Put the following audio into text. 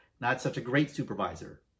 not-such-a-great-supervisor